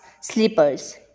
slippers